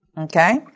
Okay